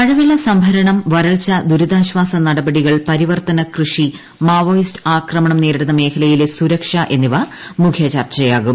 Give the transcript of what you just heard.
മഴഖ്വള്ള സംഭരണം വരൾച്ച ദുരിതാശ്വാസ നടപടികൾ പരിവർത്തന കൃഷി മാവോയിസ്റ്റ് ആക്രമണം നേരി ടുന്ന മേഖലയിലെ സുരക്ഷ എന്നിവ മുഖ്യ ചർച്ചയാകും